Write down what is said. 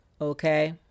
Okay